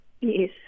Yes